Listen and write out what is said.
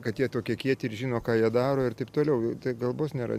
kad jie tokie kieti ir žino ką jie daro ir taip toliau tai kalbos nėra